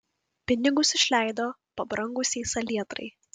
pinigus išleido pabrangusiai salietrai